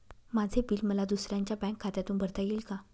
माझे बिल मला दुसऱ्यांच्या बँक खात्यातून भरता येईल का?